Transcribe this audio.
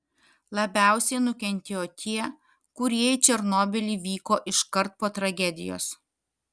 labiausiai nukentėjo tie kurie į černobylį vyko iškart po tragedijos